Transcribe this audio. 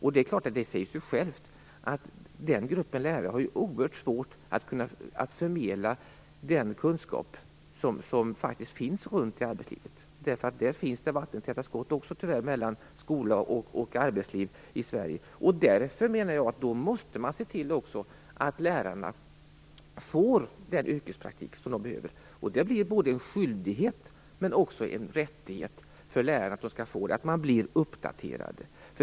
Det säger sig självt att den gruppen lärare har oerhört svårt att förmedla den kunskap som faktiskt finns runt om i arbetslivet. Tyvärr finns det alltså i Sverige vattentäta skott också mellan skola och arbetsliv. Då måste man, menar jag, se till att lärarna får den yrkespraktik som de behöver. Dessa lärare har både en skyldighet och en rättighet till en sådan yrkespraktik, så att deras kunskaper blir uppdaterade.